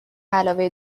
علاوه